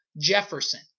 Jefferson